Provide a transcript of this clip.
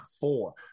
four